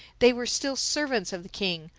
they were still servants of the king,